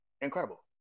Incredible